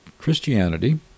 Christianity